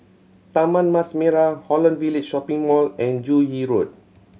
Taman Mas Merah Holland Village Shopping Mall and Joo Yee Road